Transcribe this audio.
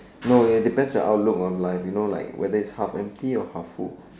no it depends on outlook of life you know like whether it's half empty or half full